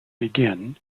begin